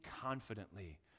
confidently